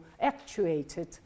actuated